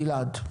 גלעד.